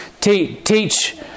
teach